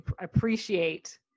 appreciate